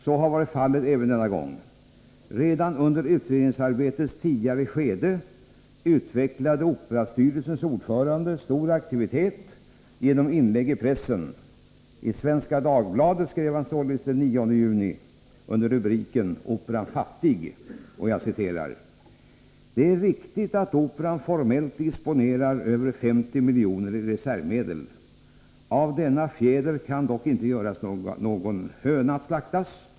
Så har varit fallet även denna gång. Redan under utredningsarbetets tidigare skede utvecklade Operastyrelsens ordförande stor aktivitet genom inlägg i pressen. I Svenska Dagbladet skrev han således den 9 juni under rubriken ”Operan fattig”: ”Det är riktigt att Operan formellt disponerar över 50 miljoner i reservmedel. Av denna fjäder kan dock inte göras någon höna att slaktas.